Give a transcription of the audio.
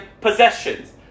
possessions